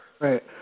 Right